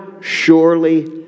surely